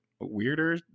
weirder